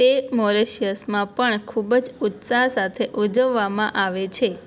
તે મોરેશિયસમાં પણ ખૂબ જ ઉત્સાહ સાથે ઉજવવામાં આવે છે